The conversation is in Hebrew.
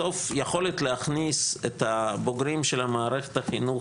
בסוף יכולת להכניס את הבוגרים של מערכת החינוך